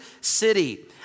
city